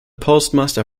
postmaster